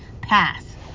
Pass